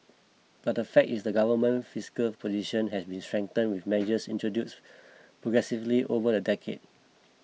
but the fact is the Government's fiscal position has been strengthened with measures introduced progressively over the decade